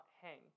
hang